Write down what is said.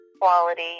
quality